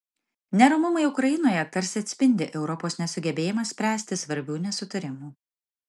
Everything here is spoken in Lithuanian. neramumai ukrainoje tarsi atspindi europos nesugebėjimą spręsti svarbių nesutarimų